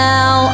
Now